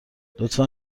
لطفا